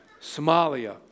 Somalia